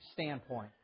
standpoint